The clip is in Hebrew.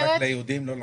זה רק ליהודים ולא לערבים.